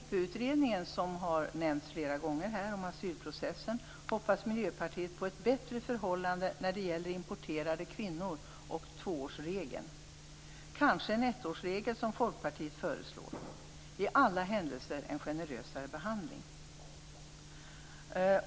I utredningen om asylprocessen, NIPU, som har nämnts flera gånger, hoppas Miljöpartiet att vi får ett bättre förhållande när det gäller importerade kvinnor och tvåårsregeln - kanske en ettårsregel som Folkpartiet föreslår och i alla händelser en generösare behandling.